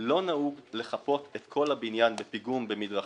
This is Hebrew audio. לא נהוג לחפות את כל הבניין בפיגום במדרכים,